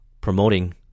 promoting